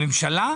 בממשלה?